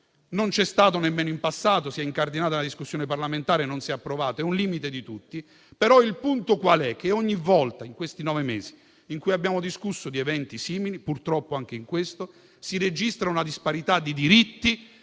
non c'è stato nemmeno in passato: si è incardinato nella discussione parlamentare e non si è approvato. È un limite di tutti, ma il punto è che ogni volta in questi nove mesi in cui abbiamo discusso di eventi simili - purtroppo anche in questo caso - si è registrata una disparità di diritti